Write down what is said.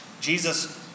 Jesus